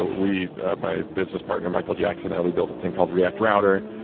ah we my business partner, michael jackson, we built a thing called react router.